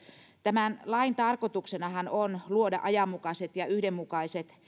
tämän lain tarkoituksenahan on luoda ajanmukaiset ja yhdenmukaiset